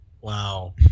Wow